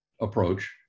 approach